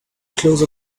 close